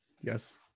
Yes